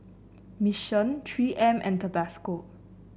Mission Three M and Tabasco